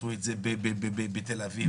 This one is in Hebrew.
בתל אביב,